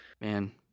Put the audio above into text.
Man